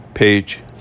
Page